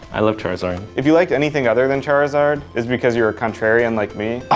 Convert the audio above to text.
i love charizard, if you liked anything other than charizard, is because you're a contrarian like me.